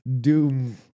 Doom